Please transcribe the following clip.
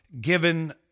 given